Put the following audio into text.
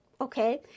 okay